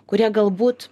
kurie galbūt